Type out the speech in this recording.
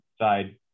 side